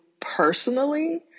personally